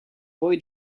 boy